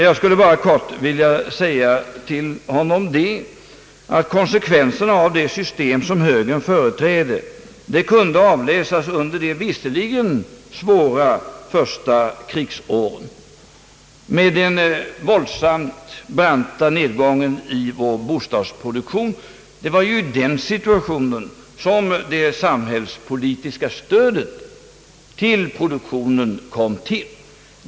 Jag skulle bara i korthet vilja säga till honom att konsekvenserna av det system som högern företräder kunde avläsas under de visserligen svåra första krigsåren med den våldsamt branta nedgången i vår bostadsproduktion. Det var ju i den situationen som det samhällspolitiska stödet till produktionen växte fram.